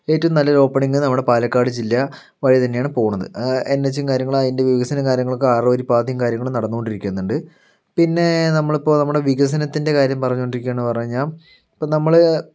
ഏറ്റവും നല്ലൊരോപ്പണിങ് നമ്മുടെ പാലക്കാട് ജില്ല വഴി തന്നെ ആണ് പോണത് എൻഎച്ചും കാര്യങ്ങളും അതിൻ്റെ വികസനം കാര്യങ്ങളൊക്കെ ആറുവരി പാതയും കാര്യങ്ങളും നടന്നോണ്ടിരിക്കുന്നുണ്ട് പിന്നേ നമ്മളിപ്പോൾ നമ്മുടെ വികസനത്തിൻ്റെ കാര്യം പറഞ്ഞോണ്ടിരിക്കാന്നു പറഞ്ഞാൽ ഇപ്പോൾ നമ്മള്